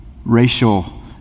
racial